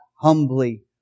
humbly